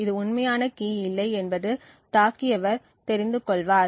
இது உண்மையான கீ இல்லை என்பது தாக்கிபவர் தெரிந்து கொள்வார்